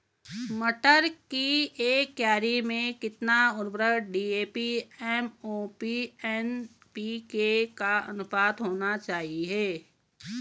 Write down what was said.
मटर की एक क्यारी में कितना उर्वरक डी.ए.पी एम.ओ.पी एन.पी.के का अनुपात होना चाहिए?